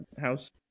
House